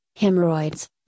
hemorrhoids